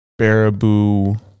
Baraboo